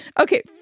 Okay